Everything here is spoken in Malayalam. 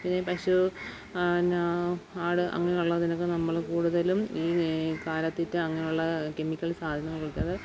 പിന്നെ പശു പിന്ന ആട് അങ്ങനെയുള്ളതിനൊക്കെ നമ്മള് കൂടുതലും ഈ കാലിത്തീറ്റ അങ്ങനെയുള്ള കെമിക്കൽ സാധനങ്ങൾക്കത്